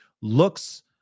looks